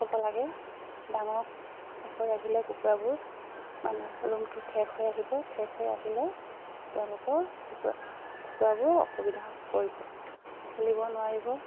হ'ব লাগে ডাঙৰ হৈ আহিলে কুকুৰাবোৰ মানে ৰুমটো ঠেক হৈ আহিব ঠেক হৈ আহিলে তেওঁলোকৰ কুকুৰা কুকুৰাবোৰ অসুবিধাত পৰিব খেলিব নোৱাৰিব